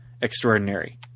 extraordinary